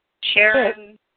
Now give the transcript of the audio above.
Sharon